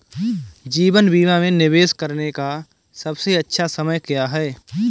जीवन बीमा में निवेश करने का सबसे अच्छा समय क्या है?